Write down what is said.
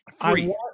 free